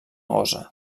gosa